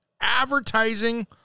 advertising